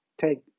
take